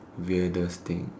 weirdest thing